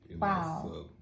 Wow